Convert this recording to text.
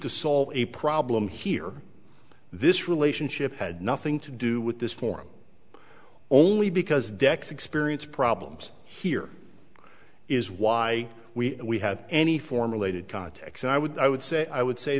to solve a problem here this relationship had nothing to do with this forum only because dex experience problems here is why we have any formulated contacts i would i would say i would say